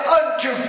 unto